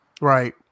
Right